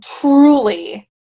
Truly